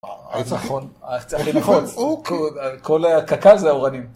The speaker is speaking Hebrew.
זה נכון. אתה צריך ללחוץ, כל הקקל זה אורנים.